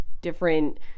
different